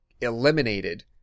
eliminated